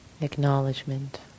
Acknowledgement